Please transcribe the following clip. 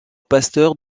pasteur